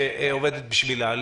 שעובדת בשבילה.